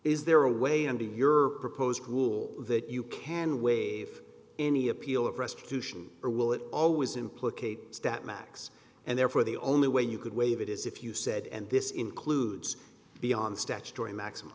is there a way under your proposed rule that you can waive any appeal of restitution or will it always implicate that max and therefore the only way you could waive it is if you said and this includes beyond statutory maximum